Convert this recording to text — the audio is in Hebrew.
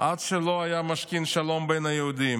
עד שלא היה משכין שלום בין היהודים.